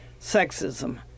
sexism